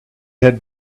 had